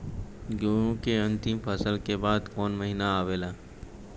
गेहूँ के अंतिम फसल के बाद कवन महीना आवेला?